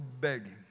begging